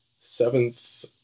seventh